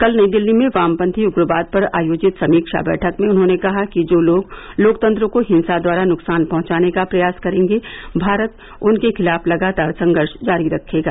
कल नई दिल्ली में वामपंथी उग्रवाद पर आयोजित समीक्षा बैठक में उन्होंने कहा कि जो लोग लोकतंत्र को हिंसा द्वारा नुकसान पहुंचाने का प्रयास करेंगे भारत उनके खिलाफ लगातार संघर्ष जारी रखेगा